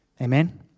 Amen